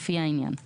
לפי העניין";